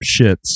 shits